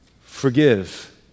Forgive